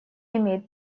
имеет